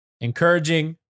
encouraging